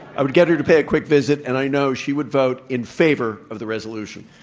i would get her to pay a quick visit, and i know she would vote in favor of the resolution.